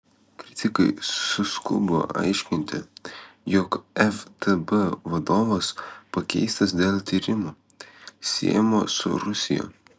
kritikai suskubo aiškinti jog ftb vadovas pakeistas dėl tyrimo siejamo su rusija